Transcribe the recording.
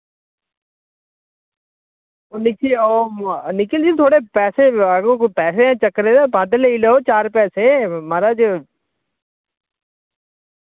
निखिल ओह् निखिल जी थुआढ़े पैसे पैसे चक्कर ते बद्ध लेई लाओ चार पैसे माराज